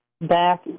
back